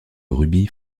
rubis